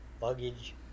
Luggage